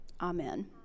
Amen